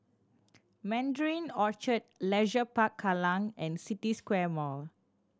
Mandarin Orchard Leisure Park Kallang and City Square Mall